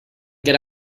get